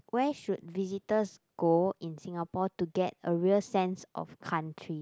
where should visitors go in Singapore to get a real sense of country